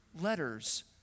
letters